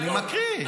אני מקריא.